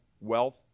Wealth